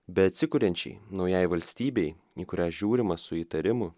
beatsikuriančiai naujajai valstybei į kurią žiūrima su įtarimu